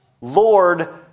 Lord